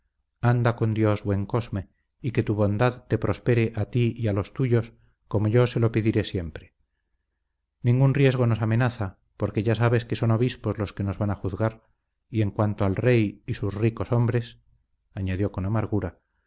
anda con dios buen cosme y que su bondad te prospere a ti y a los tuyos como yo se lo pediré siempre ningún riesgo nos amenaza porque ya sabes que son obispos los que nos van a juzgar y en cuanto al rey y sus ricos hombres añadió con amargura